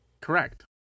Correct